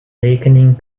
rekening